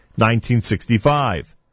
1965